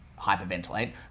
hyperventilate